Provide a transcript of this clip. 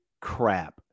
crap